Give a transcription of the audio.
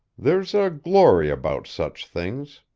there's a glory about such things.